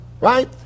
right